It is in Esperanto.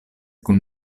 kun